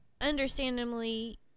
understandably